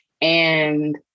And-